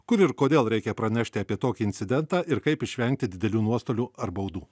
kur ir kodėl reikia pranešti apie tokį incidentą ir kaip išvengti didelių nuostolių ar baudų